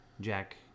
jack